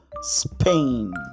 Spain